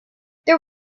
there